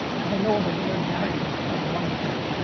cause i know all the weird variables that come along with me.